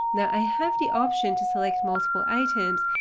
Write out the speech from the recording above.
now, i have the option to select multiple items,